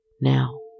now